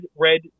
red